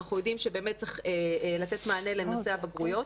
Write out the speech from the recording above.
אנחנו יודעים שבאמת צריך לתת מענה לנושא הבגרויות,